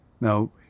Now